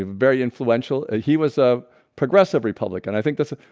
very influential he was a progressive republican. i think that's a